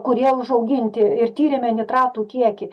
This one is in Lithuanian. kurie užauginti ir tyrėme nitratų kiekį